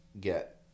get